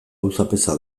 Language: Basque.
auzapeza